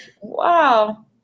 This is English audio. Wow